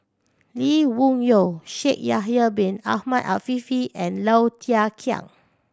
Lee Wung Yew Shaikh Yahya Bin Ahmed Afifi and Low Thia Khiang